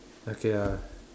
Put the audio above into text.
okay lah